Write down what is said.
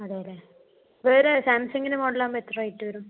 അതെയല്ലേ വേറെ സാംസങ്ങിൻ്റെ മോഡലാകുമ്പോൾ എത്ര റേറ്റ് വരും